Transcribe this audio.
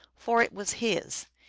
for it was his.